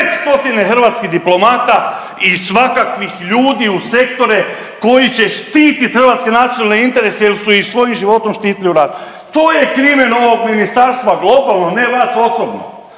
hrvatskih diplomata i svakakvih ljudi u sektore koji će štitit hrvatske nacionalne interese jel su ih svojim životom štitili u ratu. To je krimen ovog ministarstva globalno, ne vas osobno,